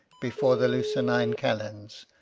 before the lucernine kalends,